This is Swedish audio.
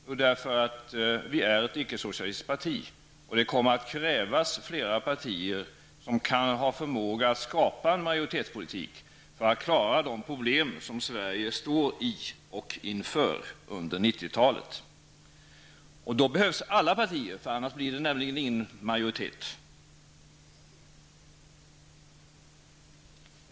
Jo, därför att vi är ett icke-socialistiskt parti, och det kommer att krävas fler partier som har förmåga att skapa en majoritetspolitik för att klara de problem som Sverige står i och inför under 90-talet. Då behövs alla partier, annars blir det nämligen ingen majoritet.